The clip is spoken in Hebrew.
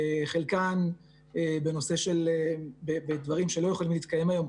חלקן בדברים שלא יכולים להתקיים היום,